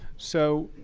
so,